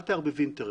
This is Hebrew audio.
אל תערבבי אינטרס.